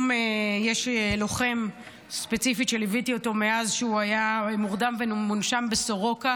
יש לוחם ספציפי שליוויתי אותו מאז שהוא היה מורדם ומונשם בסורוקה,